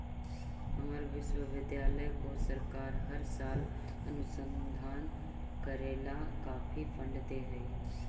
हमर विश्वविद्यालय को सरकार हर साल अनुसंधान करे ला काफी फंड दे हई